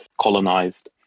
colonized